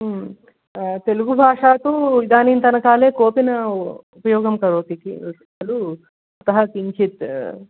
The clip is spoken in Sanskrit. तेलगुभाषा तु इदानीन्तनकाले कोपि न उपयोगं करोति इति खलु अतः किञ्चित्